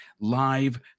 Live